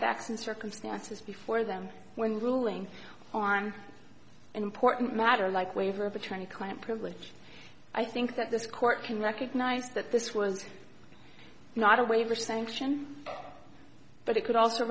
facts and circumstances before them when ruling on an important matter like waiver of attorney client privilege i think that this court can recognize that this was not a waiver sanction but it could also